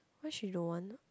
why she don't want